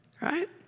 right